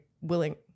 willing